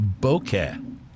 Bokeh